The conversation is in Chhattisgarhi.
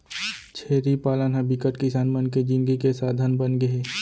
छेरी पालन ह बिकट किसान मन के जिनगी के साधन बनगे हे